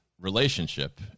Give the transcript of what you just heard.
relationship